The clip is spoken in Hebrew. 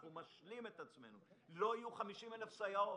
אנחנו משלים את עצמנו לא יהיו 50,000 סייעות.